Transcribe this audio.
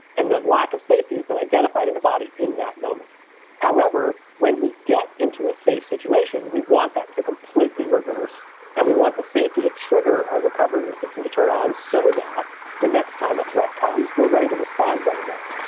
and the lack of safety has been identified in the body in that moment however, when we get into a safe situation, we want that to completely reverse and we want the safety to trigger our recovery system to turn on so that the next time a threat comes, we're ready to respond right away.